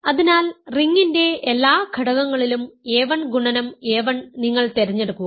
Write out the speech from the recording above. അതിനാൽ റിംഗിന്റെ എല്ലാ ഘടകങ്ങളിലും a1 ഗുണനം a1 നിങ്ങൾ തിരഞ്ഞെടുക്കുക